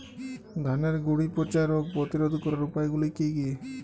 ধানের গুড়ি পচা রোগ প্রতিরোধ করার উপায়গুলি কি কি?